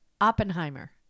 Oppenheimer